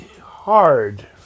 hard